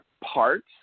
parts